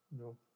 No